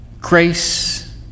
grace